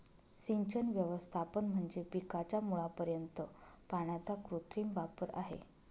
सिंचन व्यवस्थापन म्हणजे पिकाच्या मुळापर्यंत पाण्याचा कृत्रिम वापर आहे